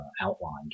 outlined